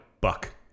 Buck